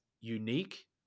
unique